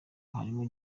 harimo